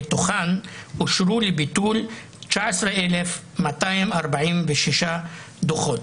מתוכן אושרו לביטול 19,246 דוחות.